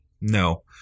no